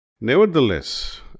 Nevertheless